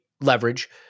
leverage